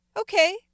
Okay